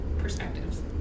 perspectives